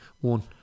one